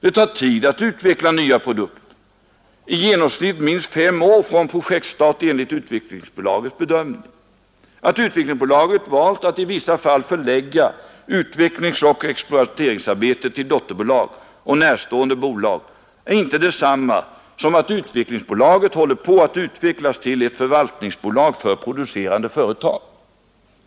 Det tar tid att utveckla nya produkter, i genomsnitt minst fem år från projektstart enligt Utvecklingsbolagets bedömning. Att Utvecklingsbolaget valt att i vissa fall förlägga utvecklingsoch exploateringsarbetet till dotterbolag och närstående bolag är inte detsamma som att Utvecklingsbolaget håller på att utvecklas till ett förvaltningsbolag för producerande företag.